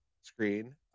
screen